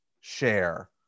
share